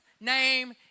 name